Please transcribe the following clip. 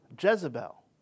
Jezebel